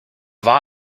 war